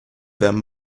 them